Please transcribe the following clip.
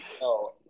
no